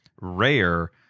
rare